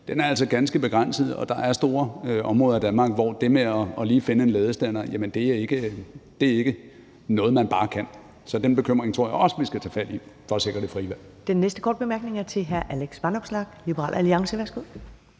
hjem, er ganske begrænset. Der er store områder af Danmark, hvor det med at finde en ladestander ikke er noget, man bare lige kan. Så den bekymring tror jeg også vi skal tage fat i for at sikre det frie valg.